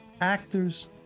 actors